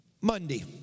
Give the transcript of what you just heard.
Monday